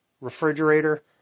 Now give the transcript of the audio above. refrigerator